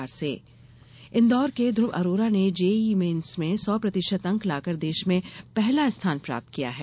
JEE Indore के ध्रव अरोरा ने JEE mains में सौ प्रतिशत अंक लाकर देश में पहला स्थान प्राप्त किया है